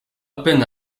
peine